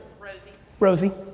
rosie. rosie.